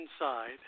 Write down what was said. inside